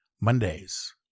Mondays